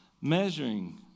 measuring